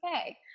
okay